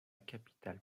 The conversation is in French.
capitale